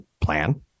plan